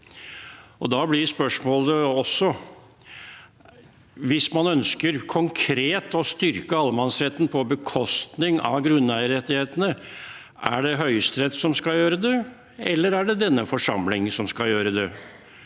Da blir spørsmålet også: Hvis man ønsker konkret å styrke allemannsretten på bekostning av grunneierrettighetene, er det Høyesterett som skal gjøre det, eller er det denne forsamling som skal gjøre det?